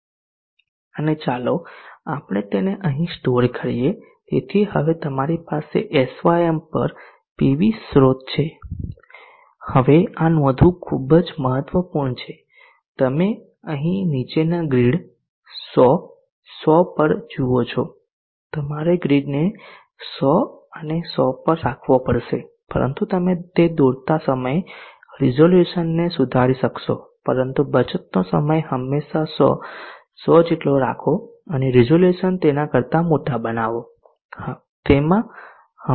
અને ચાલો આપણે તેને અહીં સ્ટોર કરીએ તેથી હવે અમારી પાસે sym પર પીવી સ્રોત છે હવે આ નોંધવું ખૂબ જ મહત્વપૂર્ણ છે તમે અહીં નીચેના ગ્રીડ 100 100 પર જુઓ છો તમારે ગ્રીડને 100 અને 100 પર રાખવો પડશે પરંતુ તમે તે દોરતા સમયે રિઝોલ્યુશનને સુધારી શકશો પરંતુ બચતનો સમય હંમેશાં 100 100 જેટલો રાખો અને રિઝોલ્યુશન તેના કરતા મોટા બનાવો